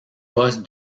poste